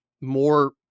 more